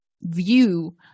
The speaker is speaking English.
view